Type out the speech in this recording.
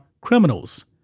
criminals